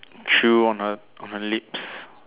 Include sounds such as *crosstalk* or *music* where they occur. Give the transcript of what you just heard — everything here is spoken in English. chew on her on her lips *noise*